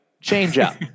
Change-up